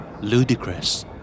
Ludicrous